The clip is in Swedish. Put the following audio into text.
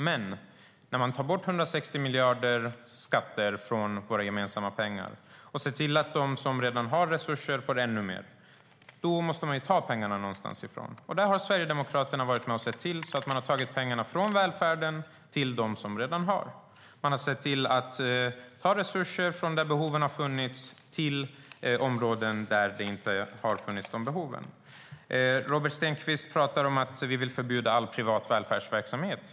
Men när man tar bort 160 miljarder från våra gemensamma pengar och ser till att de som redan har resurser får ännu mer, då måste man ju ta pengarna någonstans ifrån. Där har Sverigedemokraterna varit med att se till att man har tagit pengar från välfärden till dem som redan har pengar. Man har tagit resurserna från där behoven har funnits till områden där dessa behov inte har funnits. Robert Stenkvist pratar om att vi vill förbjuda all privat välfärdsverksamhet.